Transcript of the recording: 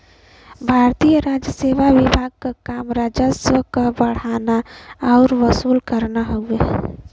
भारतीय राजसेवा विभाग क काम राजस्व क बढ़ाना आउर वसूल करना हउवे